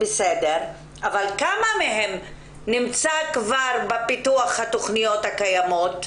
אבל כמה מזה נמצא בפיתוח התכניות הקיימות?